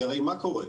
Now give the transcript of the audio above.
כי הרי מה קורה?